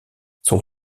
son